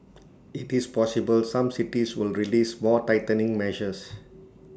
IT is possible some cities will release more tightening measures